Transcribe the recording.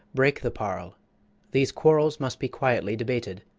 break the parle these quarrels must be quietly debated.